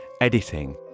editing